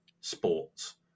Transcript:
Sports